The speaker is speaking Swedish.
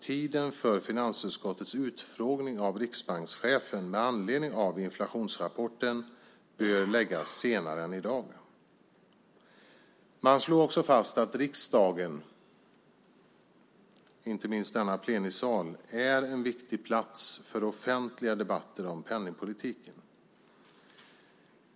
Tiden för finansutskottets utfrågning av riksbankschefen med anledning av inflationsrapporten bör läggas senare än i dag. Man slår också fast att riksdagen, och inte minst denna plenisal, är en viktig plats för offentliga debatter om penningpolitiken.